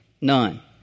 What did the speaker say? none